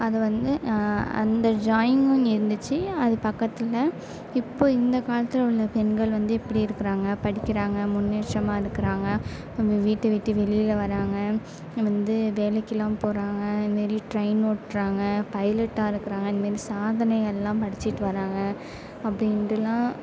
அது வந்து அந்த ட்ராயிங்கு இருந்துச்சு அது பக்கத்தில் இப்போது இந்த காலத்தில் உள்ள பெண்கள் வந்து எப்படி இருக்கிறாங்க படிக்கிறாங்க முன்னேற்றமா இருக்கிறாங்க அப்புறம் வீட்டை விட்டு வெளியில் வராங்க வந்து வேலைக்கெலாம் போகிறாங்க இது மாரி டிரெயின் ஓட்டுறாங்க பைலட்டாக இருக்கிறாங்க இது மாரி சாதனையெல்லாம் படைச்சிட்டு வராங்க அப்படின்டுலான்